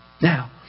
Now